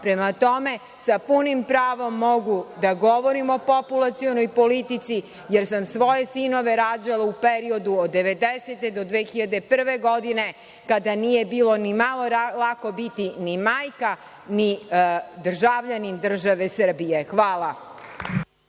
Prema tome, sa punim pravom mogu da govorim o populacionoj politici, jer sam svoje sinove rađala u periodu od 90-e do 2001. godine, kada nije bilo ni malo lako biti ni majka, ni državljanin države Srbije. hvala.